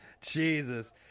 Jesus